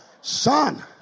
Son